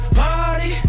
party